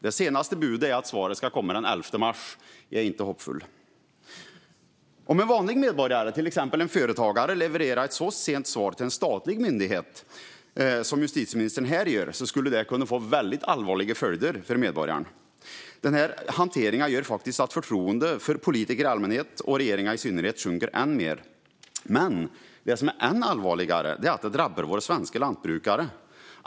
Det senaste budet är att svaret ska komma den 11 mars. Jag är inte hoppfull. Om en vanlig medborgare, till exempel en företagare, levererar ett så sent svar till en statlig myndighet som justitieministern här gör skulle det kunna få väldigt allvarliga följder för medborgaren. Denna hantering gör att förtroendet för politiker i allmänhet och regeringar i synnerhet sjunker än mer. Det som är än allvarligare är dock att det drabbar våra svenska lantbrukare.